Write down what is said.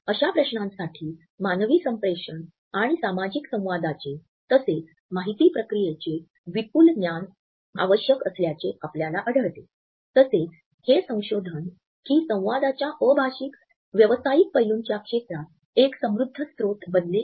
अशा प्रश्नांसाठी मानवी संप्रेषण आणि सामाजिक संवादाचे तसेच माहिती प्रक्रियेचे विपुल ज्ञान आवश्यक असल्याचे आपल्याला आढळते तसेच हे संशोधन की संवादाच्या अभाषिक व्यवसायिक पैलूंच्या क्षेत्रात एक समृद्ध स्रोत बनले आहे